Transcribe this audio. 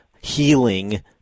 healing